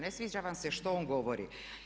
Ne sviđa vam se što on govori.